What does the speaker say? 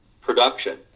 production